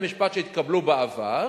שהתקבלו בעבר,